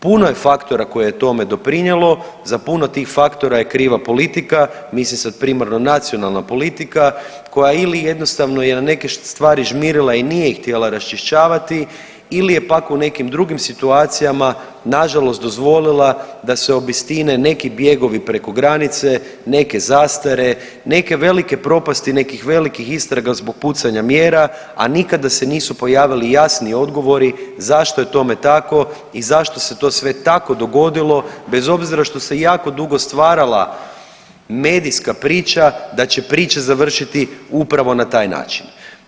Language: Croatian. Puno je faktora koje je tome doprinijelo, za puno tih faktora je kriva politika, mislim sad primarno nacionalna politika koja ili jednostavno je na neke stvari žmirila i nije ih htjela raščišćavati ili ja pak u nekim drugim situacijama nažalost dozvolila da se obistine neki bjegovi preko granice, neke zastare, neke velike propasti nekih velikih istraga zbog pucanja mjera, a nikada se nisu pojavili jasni odgovori zašto je tome tako i zašto se to sve tako dogodilo, bez obzira što se jako dugo stvarala medijska priča da će priča završiti upravo na taj način.